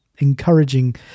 encouraging